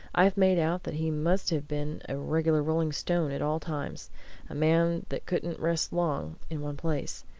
i've made out that he must have been a regular rolling stone at all times a man that couldn't rest long in one place.